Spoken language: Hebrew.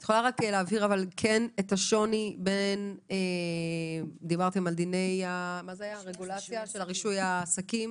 את יכולה להבהיר את השוני בדיני הרגולציה של רישוי עסקים